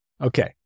Okay